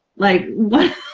like, what,